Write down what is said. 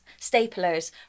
staplers